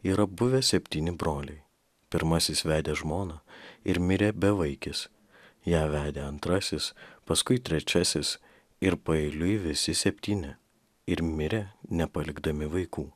yra buvę septyni broliai pirmasis vedė žmoną ir mirė bevaikis ją vedė antrasis paskui trečiasis ir paeiliui visi septyni ir mirė nepalikdami vaikų